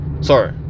sorry